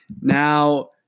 Now